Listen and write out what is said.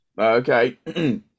okay